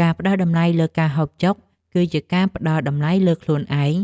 ការផ្តល់តម្លៃលើការហូបចុក គឺជាការផ្តល់តម្លៃលើខ្លួនឯង